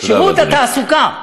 שירות התעסוקה.